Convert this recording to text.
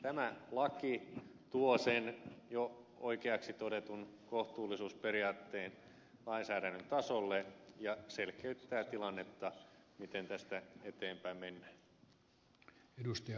tämä laki tuo sen jo oikeaksi todetun kohtuullisuusperiaatteen lainsäädännön tasolle ja selkeyttää tilannetta miten tästä eteenpäin mennään